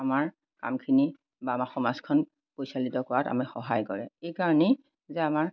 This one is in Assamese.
আমাৰ কামখিনি বা আমাৰ সমাজখন পৰিচালিত কৰাত আমি সহায় কৰে এইকাৰণেই যে আমাৰ